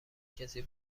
کسی